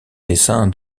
dessin